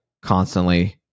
constantly